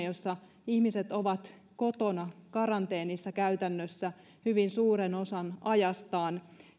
jossa ihmiset ovat kotona karanteenissa käytännössä hyvin suuren osan ajastaan